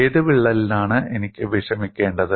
ഏത് വിള്ളലാണ് എനിക്ക് വിഷമിക്കേണ്ടത്